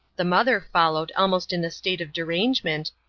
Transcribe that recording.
the mother followed almost in a state of derangement,